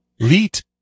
Leet